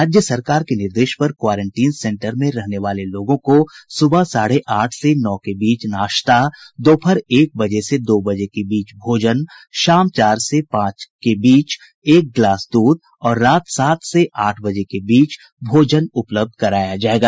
राज्य सरकार के निर्देश पर क्वारेंटीन सेन्टर में रहने वाले लोगों को सुबह साढ़े आठ से नौ के बीच नाश्ता दोपहर एक बजे से दो बजे के बीच भोजन शाम चार से पांच बजे के बीच एक ग्लास दूध और रात सात से आठ बजे के बीच भोजन उपलब्ध कराया जायेगा